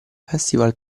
festival